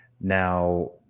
Now